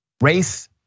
race